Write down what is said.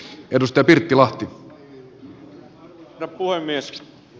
arvoisa herra puhemies